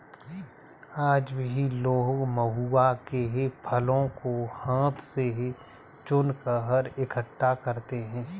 आज भी लोग महुआ के फलों को हाथ से चुनकर इकठ्ठा करते हैं